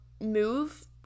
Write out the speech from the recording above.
move